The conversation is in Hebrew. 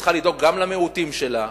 שצריכה לדאוג גם למיעוטים שלה,